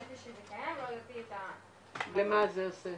אמרתי שזה קיים ולא למה זה עושה.